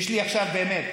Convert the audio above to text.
עכשיו באמת,